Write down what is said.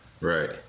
Right